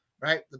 Right